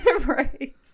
right